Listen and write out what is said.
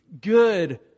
Good